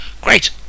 great